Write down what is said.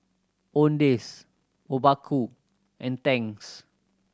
Owndays Obaku and Tangs